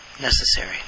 necessary